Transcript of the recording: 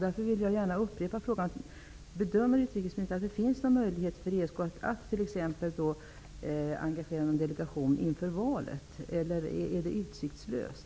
Därför vill jag gärna upprepa min fråga: Tror utrikesministern att det finns någon möjlighet för ESK att sända en delegation inför valet eller är det utsiktslöst?